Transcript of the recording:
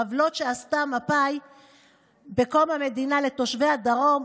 העוולות שעשתה מפא"י בקום המדינה לתושבי הדרום,